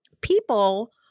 People